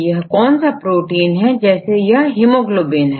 यह कौन सा प्रोटीन है जैसे यह हिमोग्लोबिन है